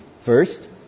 First